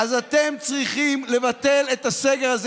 אתם צריכים לבטל את הסגר הזה.